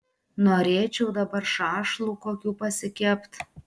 norėčiau dabar šašlų kokių pasikept